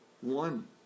one